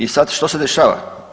I sad što se dešava?